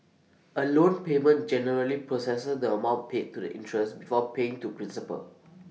A loan payment generally processes the amount paid to interest before paying to principal